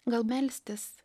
gal melstis